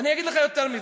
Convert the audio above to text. ואני אגיד לך יותר מזה,